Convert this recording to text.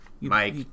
Mike